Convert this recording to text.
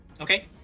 Okay